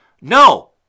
no